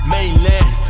Mainland